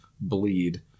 bleed